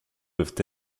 peuvent